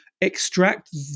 extract